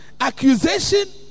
Accusation